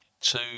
two